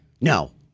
No